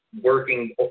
Working